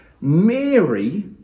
Mary